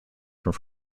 from